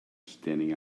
standing